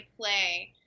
play